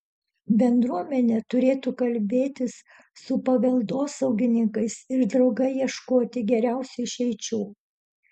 bendruomenė turėtų kalbėtis su paveldosaugininkais ir drauge ieškoti geriausių išeičių